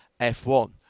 F1